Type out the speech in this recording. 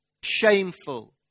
shameful